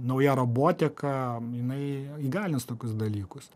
nauja robotika jinai įgalins tokius dalykus